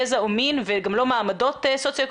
גזע או מין וגם לא מעמדות סוציו-אקונומיים,